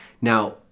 Now